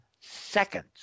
seconds